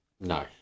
no